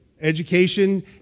Education